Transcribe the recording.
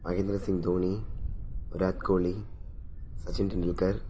Mahendra Singh Dhoni Virat Kohli Sachin Tendulkar